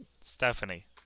Stephanie